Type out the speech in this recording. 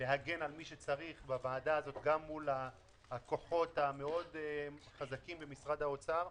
להגן על מי שצריך בוועדה הזאת גם מול הכוחות המאוד חזקים במשרד האוצר,